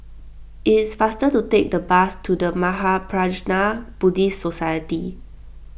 it is faster to take the bus to the Mahaprajna Buddhist Society